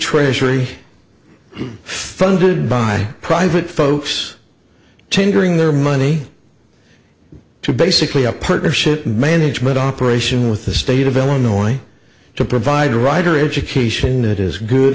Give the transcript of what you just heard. treasury is funded by private folks tendering their money to basically a partnership management operation with the state of illinois to provide a rider education that is good